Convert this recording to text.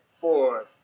four